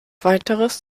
weiteres